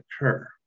occur